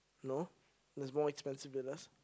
no there's more expensive villas